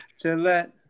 Gillette